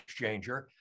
exchanger